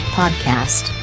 podcast